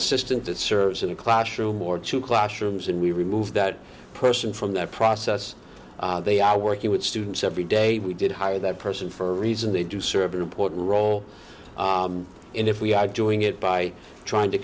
system that serves in the classroom or two classrooms and we remove that person from that process they are working with students every day we did hire that person for a reason they do serve an important role and if we are doing it by trying to